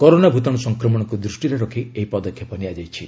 corona ଭୂତାଣୁ ସଂକ୍ରମଣକ୍ତ ଦୃଷ୍ଟିରେ ରଖି ଏହି ପଦକ୍ଷେପ ନିଆଯାଇଛି